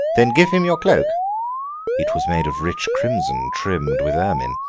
then give him your cloak it was made of rich crimson trimmed with ermine.